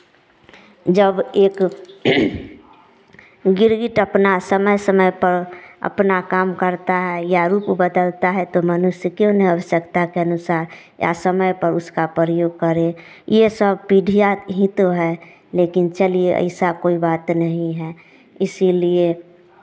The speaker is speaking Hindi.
जब एक गिरगिट अपना समय समय पर अपना काम करता है या रूप बदलता है तो मनुष्य क्यों न आवश्यकता के अनुसार या समय पर उसका प्रयोग करे यह सब पीढ़ियाँ ही तो हैं लेकिन चलिए ऐसा कोई बात नहीं है इसीलिए